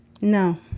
No